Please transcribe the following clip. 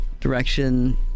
direction